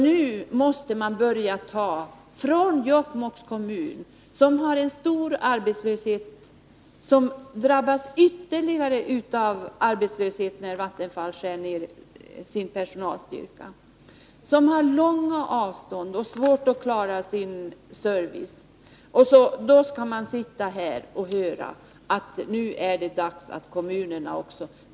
Nu måste man börja ta från Jokkmokks kommun, som har en stor arbetslöshet och som drabbas ytterligare av arbetslöshet när Vattenfall skär ner sin personalstyrka. Man har där långa avstånd och svårt att klara sin service. Men ändå får man sitta här och höra att det nu är dags även för kommunerna.